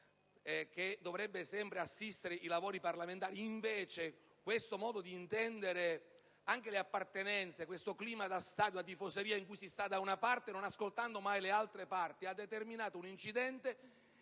che dovrebbe sempre assistere i lavori parlamentari; invece, questo modo di intendere anche le appartenenze, questo clima da stadio, da tifoseria in cui si sta da una parte non ascoltando mai le altre parti ha determinato un incidente